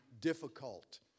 difficult